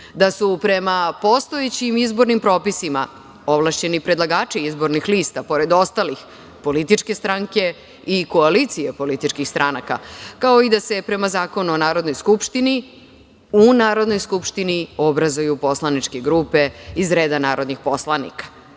da su prema postojećim izbornim propisima ovlašćeni predlagači izbornih lista, pored ostalih, političke stranke i koalicije političkih stranaka, kao i da se prema Zakonu o Narodnoj skupštini u Narodnoj skupštini obrazuju poslaničke grupe iz reda narodnih poslanika.